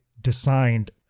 designed